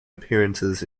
appearances